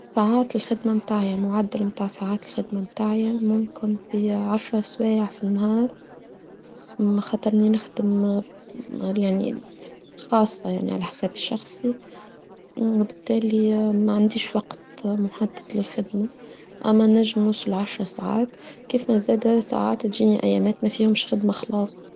ساعات الخدمة متاعية، معدل متاع ساعات الخدمة متاعية ممكن في عشرة سواع في النهار، خطرني نخدم خاصة يعني على حسابي الشخصي، وبالتالي ما عنديش وقت محدد للخدمة، أما نجمش العشرة ساعات، كيف ما زادة ساعات تجيني أيامات ما فيهمش خدمة خلاص،